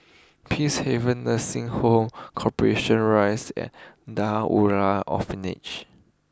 Peacehaven Nursing Home Corporation Rise and Orphanage